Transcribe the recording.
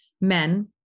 men